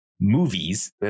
movies